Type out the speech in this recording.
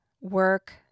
work